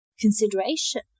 consideration